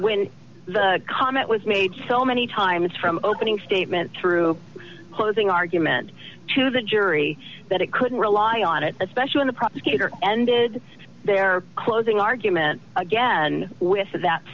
when the comment was made so many times from opening statement through the closing argument to the jury that it couldn't rely on it especially when the prosecutor ended their closing argument again with that